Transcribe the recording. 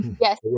Yes